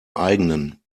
eigenen